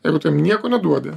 jeigu tu jam nieko neduodi